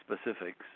specifics